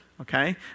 Okay